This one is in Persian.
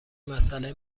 مساله